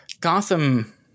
gotham